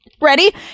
ready